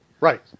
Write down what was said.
Right